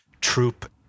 troop